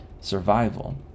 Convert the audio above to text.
Survival